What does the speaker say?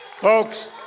Folks